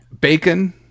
Bacon